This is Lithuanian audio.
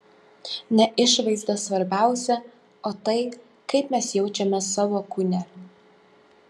ne išvaizda svarbiausia o tai kaip mes jaučiamės savo kūne